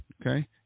Okay